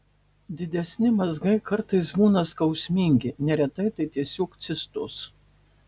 didesni mazgai kartais būna skausmingi neretai tai tiesiog cistos